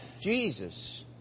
Jesus